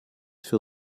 für